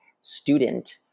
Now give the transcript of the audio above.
student